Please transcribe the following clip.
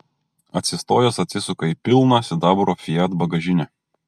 atsistojęs atsisuka į pilną sidabro fiat bagažinę